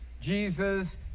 Jesus